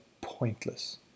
pointless